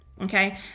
okay